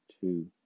two